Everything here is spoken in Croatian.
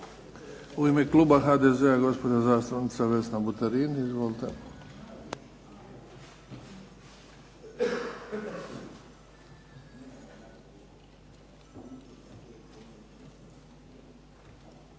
U ime kluba HDZ-a gospođa zastupnica Vesna Buterin. Izvolite.